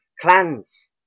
Clans